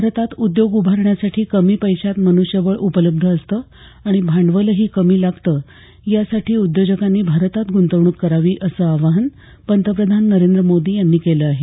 भारतात उद्योग उभारण्यासाठी कमी पैशात मन्ष्यबळ उपलब्ध असतं आणि भांडवलही कमी लागतं यासाठी उद्योजकांनी भारतात गुंतवणूक करावी असं आवाहन पंतप्रधान नरेंद्र मोदी यांनी केलं आहे